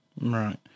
Right